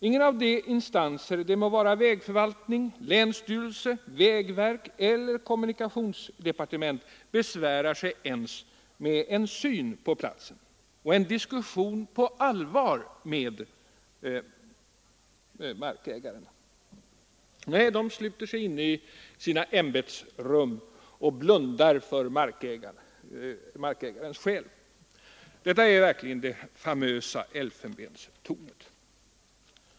Ingen av de instanser — det må vara vägförvaltning, länsstyrelse, vägverk 2ller kommunikationsdepartement — besvärar sig ens med en syn på platsen och en diskussion på allvar med markägaren. Nej, de sluter sig inne i sina ämbetsrum och blundar för markägarens skäl. Detta är verkligen det famösa elfenbenstornet!